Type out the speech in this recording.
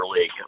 league